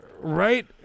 Right